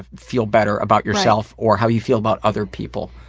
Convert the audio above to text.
ah feel better about yourself or how you feel about other people.